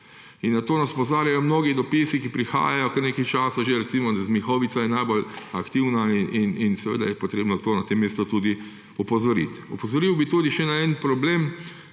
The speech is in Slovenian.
Na to nas opozarjajo mnogi dopisi, ki prihajajo že kar nekaj časa, recimo Mihovica je najbolj aktivna, in seveda je potrebno na to na tem mestu tudi opozoriti. Opozoril bi še na en problem,